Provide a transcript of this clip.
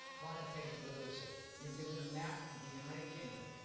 quantitative literacy, you're given a map of the united kingdom.